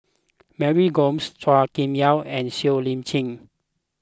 Mary Gomes Chua Kim Yeow and Siow Lee Chin